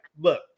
look